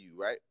right